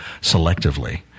selectively